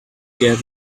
get